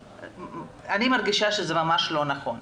אני מרגישה שזה ממש לא נכון.